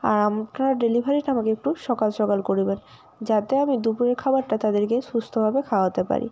আর আপনারা ডেলিভারিটা আমাকে একটু সকাল সকাল করিবেন যাতে আমি দুপুরের খাবারটা তাদেরকে সুস্থভাবে খাওয়াতে পারি